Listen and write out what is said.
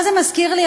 מה זה מזכיר לי?